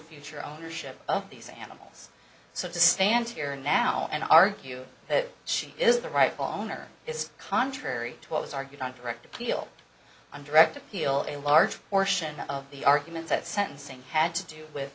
future ownership of these animals so to stand here now and argue that she is the rightful owner is contrary to what was argued on correct appeal on direct appeal a large portion of the arguments at sentencing had to do with